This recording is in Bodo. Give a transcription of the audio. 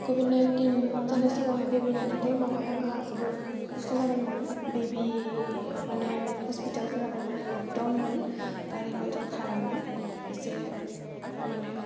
कभिड नाइन्टिन जानाय समावहाय बेबि मोननाय टाइमावहाय आंहा जोबोद खस्त' जादोंमोन बेबि माने हस्पितालफोराबो माने लकडाउन मोन गारि मथर खारामोन एसे माने